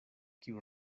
kiu